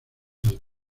artes